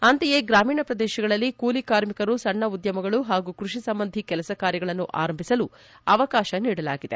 ಅಂತೆಯೇ ಗ್ರಾಮೀಣ ಶ್ರದೇಶದಲ್ಲಿ ಕೂಲಿ ಕಾರ್ಮಿಕರು ಸಣ್ಣ ಉದ್ಯಮಗಳು ಹಾಗೂ ಕೃಷಿ ಸಂಬಂಧಿ ಕೆಲಸ ಕಾರ್ಯಗಳನ್ನು ಆರಂಭಿಸಲು ಅವಕಾಶ ನೀಡಲಾಗಿದೆ